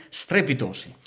strepitosi